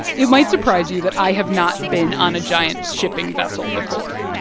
it might surprise you that i have not been on a giant shipping vessel before.